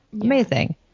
Amazing